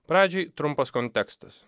pradžiai trumpas kontekstas